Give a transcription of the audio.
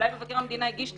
אולי מבקר המדינה הגיש תלונה,